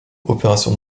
opération